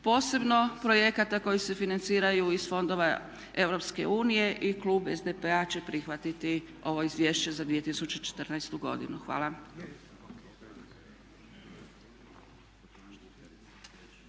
Posebno projekata koji se financiraju iz fondova Europske unije i klub SDP-a će prihvatiti ovo izvješće za 2014. godinu. Hvala.